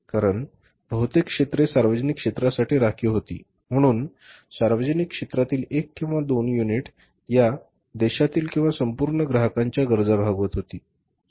कारण बहुतेक क्षेत्रे सार्वजनिक क्षेत्रासाठी राखीव होती म्हणून सार्वजनिक क्षेत्रातील एक किंवा दोन युनिट या देशातील किंवा संपूर्ण ग्राहकांच्या गरजा भागवत होती